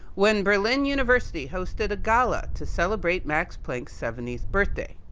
when berlin university hosted a gala, to celebrate max planck's seventieth birthday.